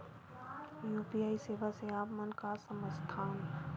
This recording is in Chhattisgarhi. यू.पी.आई सेवा से आप मन का समझ थान?